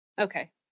okay